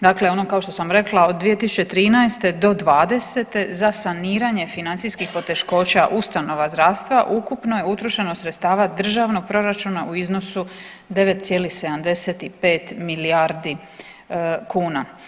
Dakle, ono kao što sam rekla od 2013. do 2020. za saniranje financijskih poteškoća ustanova zdravstva ukupno je utrošeno sredstava državnog proračuna u iznosu 9,75 milijardi kuna.